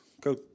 Go